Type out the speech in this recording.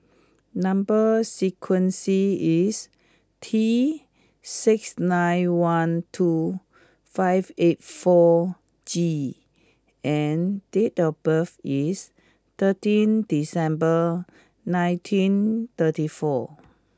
number sequence is T six nine one two five eight four G and date of birth is thirteen December nineteen thirty four